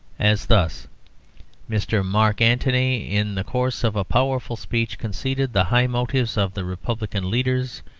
as thus mr mark antony, in the course of a powerful speech, conceded the high motives of the republican leaders,